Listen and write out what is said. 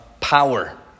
power